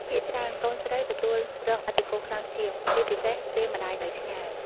ភាគច្រើន កូនស្រីទទួលរងឥទ្ធិពលខ្លាំងជាង ជាពិសេសពេលម្តាយនៅឆ្ងាយ។